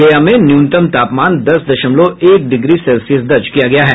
गया में न्यूनतम तापमान दस दशमलव एक डिग्री सेल्सियस दर्ज किया गया है